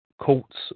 courts